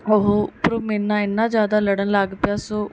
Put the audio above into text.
ਉਹ ਉੱਪਰੋਂ ਮੇਰੇ ਨਾਲ ਇੰਨਾ ਜ਼ਿਆਦਾ ਲੜਨ ਲੱਗ ਪਿਆ ਸੋ